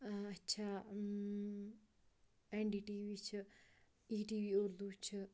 اچھا N D T V چھِ E T V Urdu چھِ